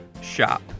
shop